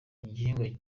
igihingwa